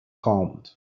calmed